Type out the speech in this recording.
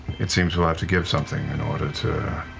it seems we'll have to give something in order to